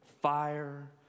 fire